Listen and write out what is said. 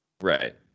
Right